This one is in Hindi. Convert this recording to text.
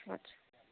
अच्छा